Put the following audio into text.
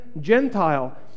Gentile